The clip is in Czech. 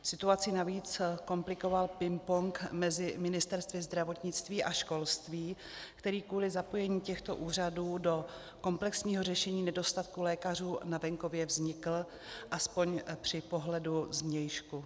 Situaci navíc komplikoval pingpong mezi ministerstvy zdravotnictví a školství, který kvůli zapojení těchto úřadů do komplexního řešení nedostatku lékařů na venkově vznikl, aspoň při pohledu z vnějšku.